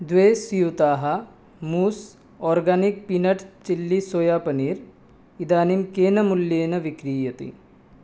द्वौ स्यूतौ mousse organic peanut chilli soy paneer इदानीं केन मूल्येन विक्रीयते